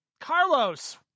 Carlos